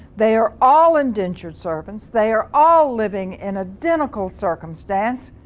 they are all indentured servants they are all living in identica l circumstance.